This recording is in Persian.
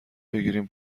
بگیرن